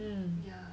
um